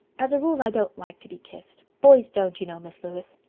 as a rule, i don't like to be kissed. boys don't. you know, miss lewis.